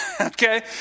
okay